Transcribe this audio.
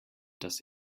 does